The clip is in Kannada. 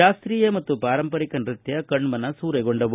ಶಾಸ್ತೀಯ ಮತ್ತು ಪಾರಂಪರಿಕ ನೃತ್ಯ ಕಣ್ಣನಸೂರೆಗೊಂಡವು